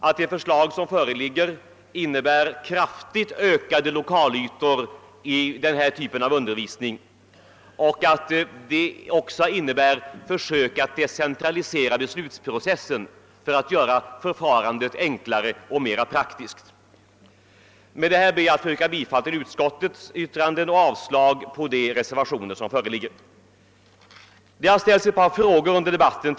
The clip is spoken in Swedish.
Det förslag som föreligger innebär kraftigt ökade lokalytor i den här typen av undervisning. Det innebär även försök att decentralisera beslutsprocessen för att göra förfarandet enklare och mera praktiskt. Med detta, herr talman, ber jag att få yrka bifall till utskottets hemställan och avslag på de reservationer som föreligger. Det har ställts ett par frågor till mig under debatten.